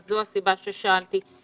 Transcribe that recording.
זו הסיבה ששאלתי את השאלה.